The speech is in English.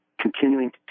continuing